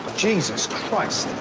jesus christ.